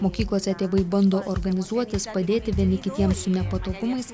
mokyklose tėvai bando organizuotis padėti vieni kitiems su nepatogumais